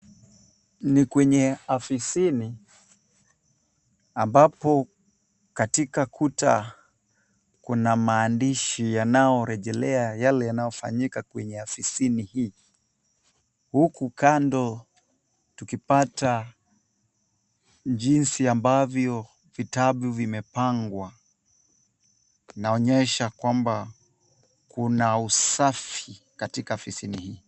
Ni kwenye afisini ambapo katika kuta kuna maandishi yanayorejelea yale yanayofanyika kwenye afisini hii huku kando tukipata jinsi ambavyo vitabu vimepangwa. Inaonyesha kwamba kuna usafi katika afisini hii.